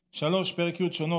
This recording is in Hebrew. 3. פרק י' (שונות),